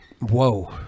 Whoa